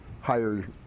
higher